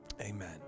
Amen